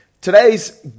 Today's